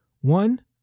One